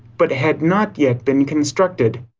but had not yet been constructed.